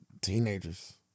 Teenagers